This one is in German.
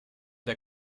der